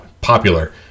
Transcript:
popular